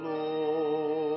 Lord